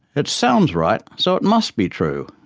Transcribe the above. it sounds right, so it must be true.